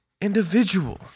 individual